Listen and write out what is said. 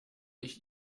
ich